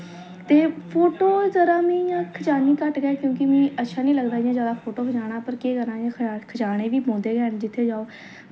ते फोटो जरा में इयां खचानी घट्ट गैं क्योंकि मीं अच्छा नी लगदा इय़ां ज्यादा फोटो खचाना पर केह् करना इ'यां खचाने बी पौंदे गै न जित्थें जाओ